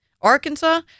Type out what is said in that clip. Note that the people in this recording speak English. arkansas